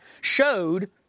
showed